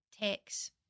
tax